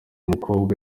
mukobwa